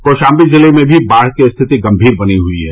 कौशाम्बी जिले में भी बाढ़ की स्थिति गम्मीर बनी हुई है